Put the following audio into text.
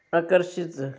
ਆਕਰਸ਼ਿਤ